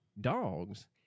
dogs